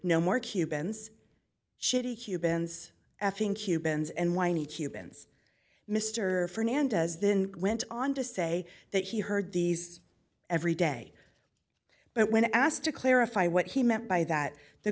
no more cubans shitty huband effing cubans and whiny cubans mr fernandez then went on to say that he heard these every day but when asked to clarify what he meant by that the